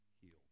healed